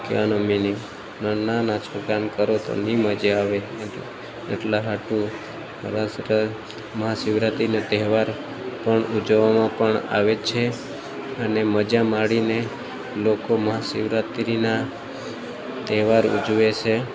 કહેવાનો મિનિગ નાન નાના છોકરાંને કરો તો નહીં મજા આવે એટલા હાટુ રસપ્રદ મહાશિવરાત્રિનો તહેવાર પણ ઉજવવામાં પણ આવે છે અને મજા માણીને લોકો મહાશિવરાત્રિના તહેવાર ઉજવે છે